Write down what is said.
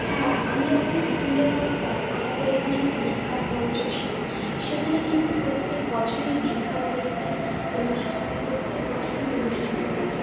হ্যাঁ আমি যখন স্কুলে পড়তাম আমাদের এখানে একটি বিজ্ঞান মঞ্চ ছিল সেখানে কিন্তু প্রত্যেক বছরই বিজ্ঞানের একটি অনুষ্ঠান প্রত্যেক বছরই অনুষ্ঠিত হতো